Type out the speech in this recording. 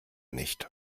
nicht